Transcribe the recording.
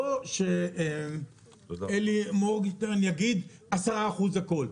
אבל לא שאלי מורגנשטרן יגיד עשרה אחוז על הכול.